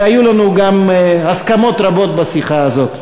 והיו לנו גם הסכמות רבות בשיחה הזאת.